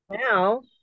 now